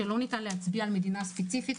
ולא ניתן להצביע על מדינה ספציפית,